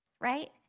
Right